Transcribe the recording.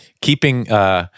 keeping